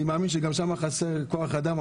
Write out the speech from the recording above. אני מאמין שגם שם חסר כוח אדם,